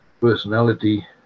personality